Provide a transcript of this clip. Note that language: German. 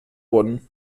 wurden